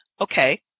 Okay